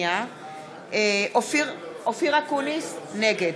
אופיר אקוניס, נגד